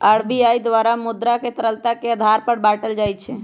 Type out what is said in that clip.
RBI द्वारा मुद्रा के तरलता के आधार पर बाटल जाइ छै